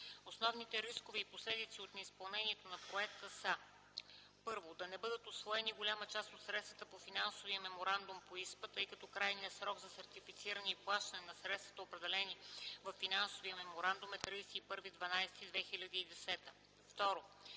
Основните рискове и последици от неизпълнението на проекта са: - да не бъдат усвоени голяма част от средствата по Финансовия меморандум по ИСПА, тъй като крайният срок за сертифициране и плащане на средствата, определен във Финансовия меморандум е 31